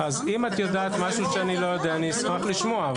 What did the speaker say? אם את יודע משהו שאני לא יודע, אני אשמח לשמוע.